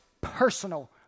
personal